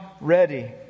ready